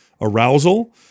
arousal